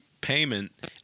payment